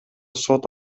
сот